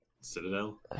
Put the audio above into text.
Citadel